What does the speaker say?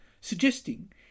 suggesting